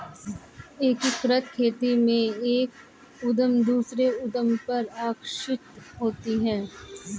एकीकृत खेती में एक उद्धम दूसरे उद्धम पर आश्रित होता है